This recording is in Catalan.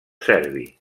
serbi